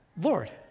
Lord